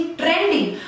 trending